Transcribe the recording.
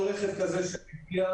כל רכב כזה שמגיע,